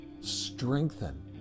strengthen